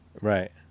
Right